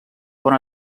bon